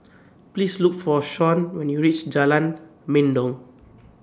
Please Look For Shawn when YOU REACH Jalan Mendong